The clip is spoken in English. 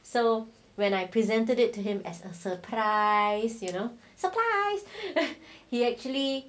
so when I presented it to him as a surprise you know surprise you know he actually